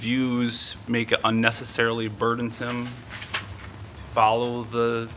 views make unnecessarily burdensome follow the